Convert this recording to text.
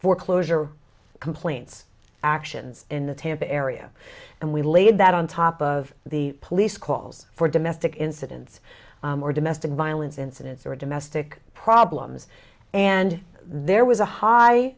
foreclosure complaints actions in the tampa area and we laid that on top of the police calls for domestic incidents or domestic violence incidents or domestic problems and there was a high